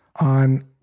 on